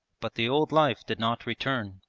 but the old life did not return.